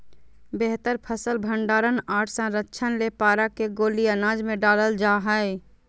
बेहतर फसल भंडारण आर संरक्षण ले पारा के गोली अनाज मे डालल जा हय